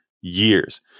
years